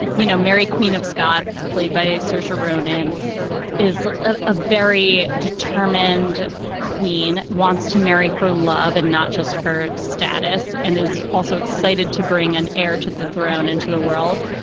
and you know, mary, queen of scots, played by sir sharon in is a very determined queen, wants to marry for love and not just for status, and is also excited to bring an heir to the throne into the world.